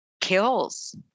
kills